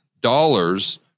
dollars